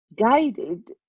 guided